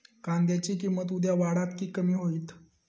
कांद्याची किंमत उद्या वाढात की कमी होईत?